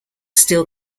still